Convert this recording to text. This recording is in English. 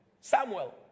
Samuel